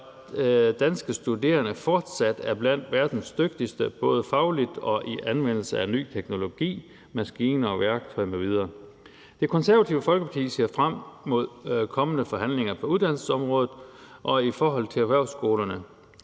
at danske studerende fortsat er blandt verdens dygtigste, både fagligt og i anvendelse af ny teknologi, maskiner, værktøj m.v. Det Konservative Folkeparti ser frem mod kommende forhandlinger på uddannelsesområdet og i forhold til erhvervsskolerne.